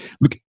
Look